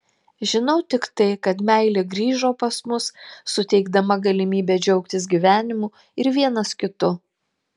žinau tik tai kad meilė grįžo pas mus suteikdama galimybę džiaugtis gyvenimu ir vienas kitu